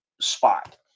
spot